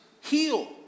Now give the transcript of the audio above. heal